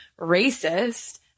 racist